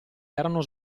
erano